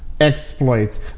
exploit